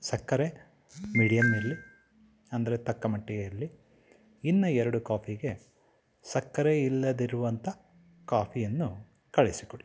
ಸಕ್ಕರೆ ಮೀಡಿಯಮ್ ಇರಲಿ ಅಂದರೆ ತಕ್ಕ ಮಟ್ಟಿಗೆ ಇರಲಿ ಇನ್ನು ಎರ್ಡು ಕ್ವಾಫೀಗೆ ಸಕ್ಕರೆ ಇಲ್ಲದಿರುವಂಥ ಕಾಫಿಯನ್ನು ಕಳಿಸಿ ಕೊಡಿ